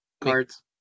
cards